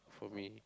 for me